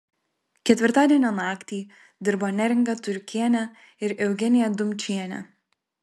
ketvirtadienio naktį dirbo neringa turkienė ir eugenija dumčienė